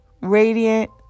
radiant